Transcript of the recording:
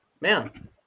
Man